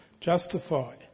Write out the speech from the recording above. justify